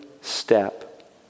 step